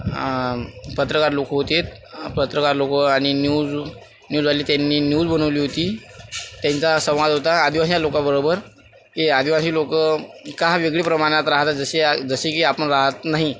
पत्रकार लोक होते पत्रकार लोक आणि न्यूज न्यूजवाले त्यांनी न्यूज बनवली होती त्यांचा संवाद होता आदिवासी या लोकांबरोबर की आदिवासी लोक का वेगळी प्रमाणात राहतात जसे जसे की आपण राहत नाही